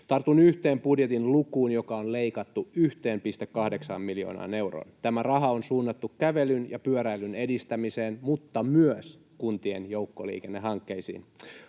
Tartun yhteen budjetin lukuun, joka on leikattu 1,8 miljoonaan euroon. Tämä raha on suunnattu kävelyn ja pyöräilyn edistämiseen mutta myös kuntien joukkoliikennehankkeisiin.